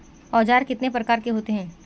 औज़ार कितने प्रकार के होते हैं?